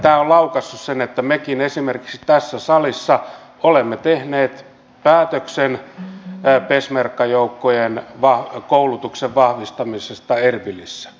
tämä on laukaissut sen että mekin esimerkiksi tässä salissa olemme tehneet päätöksen peshmerga joukkojen koulutuksen vahvistamisesta erbilissä